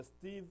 Steve